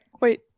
Wait